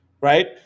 right